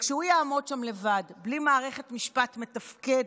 כשהוא יעמוד שם לבד בלי מערכת משפט מתפקדת,